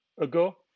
ago